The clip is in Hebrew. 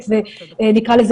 סיוע.